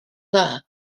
dda